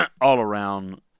all-around